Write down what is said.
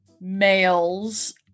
males